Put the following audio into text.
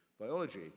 biology